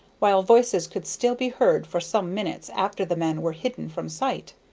while voices could still be heard for some minutes after the men were hidden from sight.